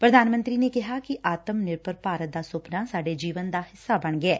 ਪ੍ਰਧਾਨ ਮੰਤਰੀ ਨੇ ਕਿਹਾ ਕਿ ਆਤਮ ਨਿਰਭਰ ਭਾਰਤ ਦਾ ਸੁਪਨਾ ਸਾਡੇ ਜੀਵਨ ਦਾ ਹਿੱਸਾ ਬਣ ਗਿਐ